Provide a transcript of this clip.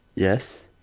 yes.